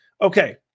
Okay